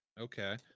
Okay